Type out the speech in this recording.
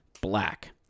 black